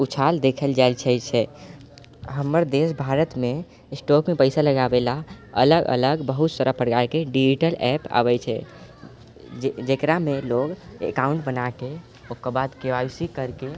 उछाल देखल जाइ छै हमर देश भारतमे स्टोकमे पैसा लगाबैलए अलग अलग बहुत सारा प्रकारके डिजिटल ऐप आबै छै जकरामे लोक एकाउन्ट बनाके ओकर बाद के वाइ सी करिके